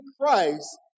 Christ